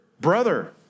brother